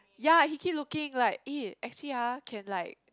ya he keep looking like eh actually ah can like